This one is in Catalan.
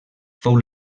fou